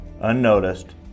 unnoticed